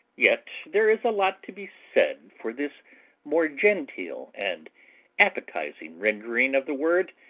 yet there is a lot to be said for this more genteel and appetizing rendering of the word,